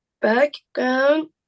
background